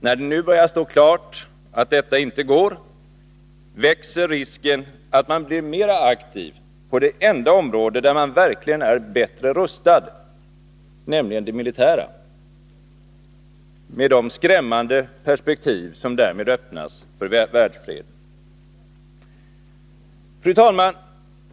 När det nu börjar stå klart att detta inte går, växer risken att man blir mera aktiv på det enda område där man verkligen är bättre rustad, nämligen det militära, med de skrämmande perspektiv som därmed öppnas för världsfreden. Fru talman!